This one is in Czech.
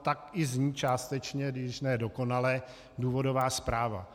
Tak i zní částečně, když už ne dokonale, důvodová zpráva.